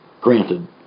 granted